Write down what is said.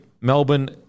Melbourne